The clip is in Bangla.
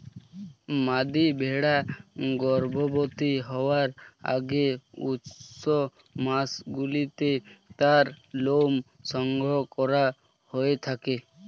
মাদী ভেড়া গর্ভবতী হওয়ার আগে উষ্ণ মাসগুলিতে তার লোম সংগ্রহ করা হয়ে থাকে